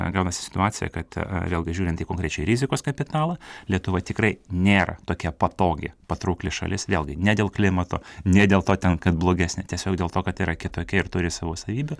gaunasi situacija kad vėlgi žiūrint į konkrečiai rizikos kapitalą lietuva tikrai nėra tokia patogi patraukli šalis vėlgi ne dėl klimato ne dėl to ten kad blogesnė tiesiog dėl to kad yra kitokia ir turi savo savybių